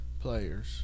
players